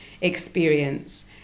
experience